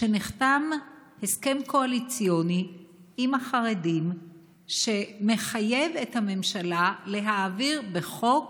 שנחתם הסכם קואליציוני עם החרדים שמחייב את הממשלה להעביר בחוק